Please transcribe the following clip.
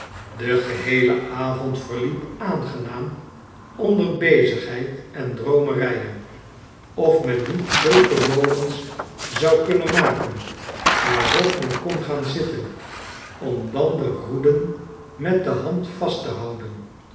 de geheele avond verliep aangenaam onder bezigheid en droomerijen of men niet zulke molens zou kunnen maken waarop men kon gaan zitten om dan de roeden met de hand vast te houden